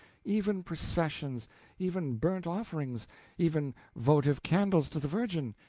even processions even burnt-offerings even votive candles to the virgin,